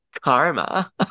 karma